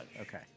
Okay